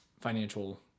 financial